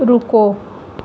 ਰੁਕੋ